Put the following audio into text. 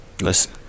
listen